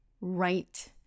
right